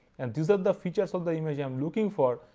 and these are the features of the image i am looking for,